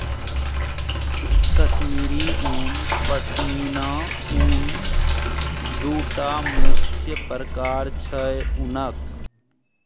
कश्मीरी उन, पश्मिना उन दु टा मुख्य प्रकार छै उनक